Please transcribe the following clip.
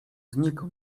znikł